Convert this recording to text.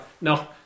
no